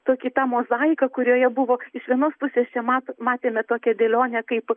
tokią tą mozaiką kurioje buvo iš vienos pusės čia mat matėme tokią dėlionę kaip